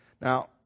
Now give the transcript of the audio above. Now